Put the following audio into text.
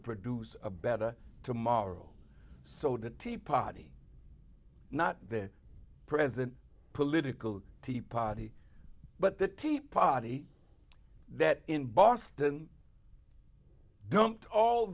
produce a better tomorrow so the tea party not the present political tea party but the tea party that in boston dumped all